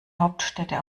hauptstädte